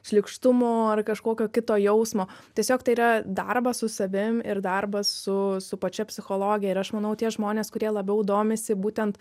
šlykštumo ar kažkokio kito jausmo tiesiog tai yra darbas su savim ir darbas su su pačia psichologija ir aš manau tie žmonės kurie labiau domisi būtent